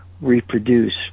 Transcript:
reproduce